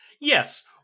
Yes